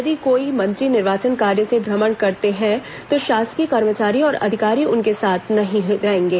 यदि कोई मंत्री निर्वाचन कार्य से भ्रमण करते हैं तो शासकीय कर्मचारी और अधिकारी उनके साथ नही जाएंगे